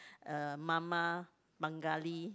uh mama Bengali